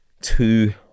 two